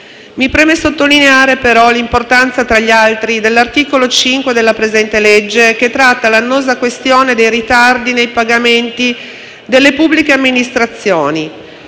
Mi preme sottolineare però l'importanza, tra gli altri, dell'articolo 5 della presente legge, che tratta l'annosa questione dei ritardi nei pagamenti delle pubbliche amministrazioni